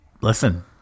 listen